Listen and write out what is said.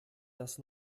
das